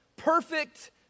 Perfect